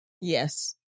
Yes